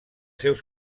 seus